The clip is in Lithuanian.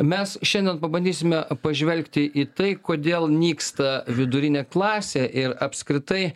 mes šiandien pabandysime pažvelgti į tai kodėl nyksta vidurinė klasė ir apskritai